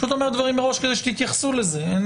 אני אומר את הדברים מראש כדי שתתייחסו לזה.